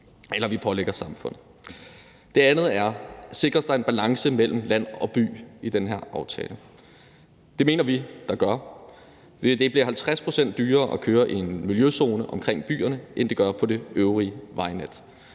vi pålægger samfundet. Det andet er: Sikres der en balance mellem land og by i den her aftale? Det mener vi der gør. Det bliver 50 pct. dyrere at køre i en miljøzone omkring byerne end at køre på det øvrige vejnet.